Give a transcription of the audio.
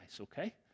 okay